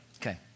Okay